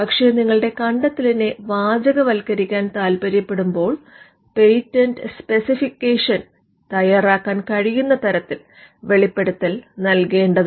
പക്ഷെ നിങ്ങൾ കണ്ടെത്തലിനെ വാചകവത്കരിക്കാൻ താൽപ്പര്യപ്പെടുമ്പോൾ പേറ്റന്റ് സ്പെസിഫിക്കേഷൻ തയ്യാറാക്കാൻ കഴിയുന്ന തരത്തിൽ വെളിപ്പെടുത്തൽ നൽകേണ്ടതാണ്